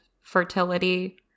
fertility